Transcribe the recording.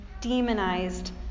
demonized